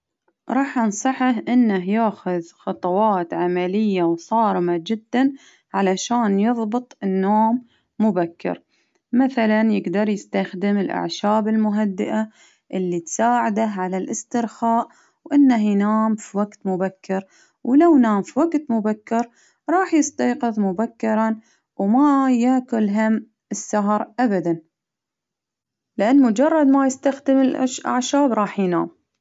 راح أنصحه إنه ياخذ خطوات عملية وصارمة جدا، علشان يظبط النوم مبكر، مثلا يجدر يستخدم الأعشاب المهدئة اللي تساعده على الإسترخاء، وإنه ينام في وقت مبكر، ولو نام في وقت مبكر راح يستيقظ مبكرا، وما ياكل هم السهر أبدا، لإن مجرد ما يستخدم الأع-الأعشاب راح ينام.